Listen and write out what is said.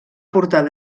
portar